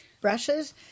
brushes